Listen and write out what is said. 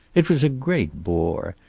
it was a great bore.